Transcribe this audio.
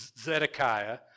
Zedekiah